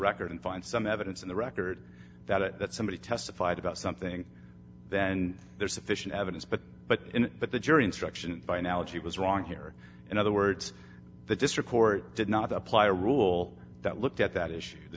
record and find some evidence in the record that it that somebody testified about something then there is sufficient evidence but but but the jury instruction by analogy was wrong here and in other words the district court did not apply a rule that looked at that issue the